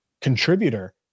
contributor